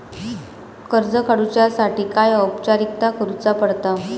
कर्ज काडुच्यासाठी काय औपचारिकता करुचा पडता?